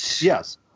Yes